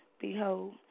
behold